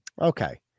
Okay